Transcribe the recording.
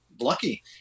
lucky